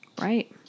Right